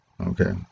Okay